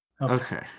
Okay